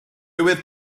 oedd